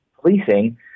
policing